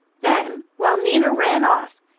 then, while nina ran off,